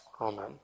Amen